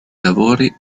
lavori